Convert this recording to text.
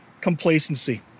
complacency